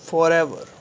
Forever